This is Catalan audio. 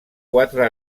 quatre